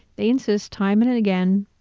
they insist time and and again,